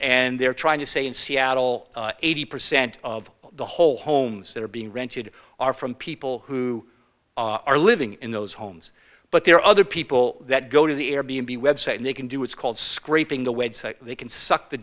and they're trying to say in seattle eighty percent of the whole homes that are being rented are from people who are living in those homes but there are other people that go to the air b n b website and they can do what's called scraping the web site they can suck the